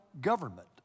government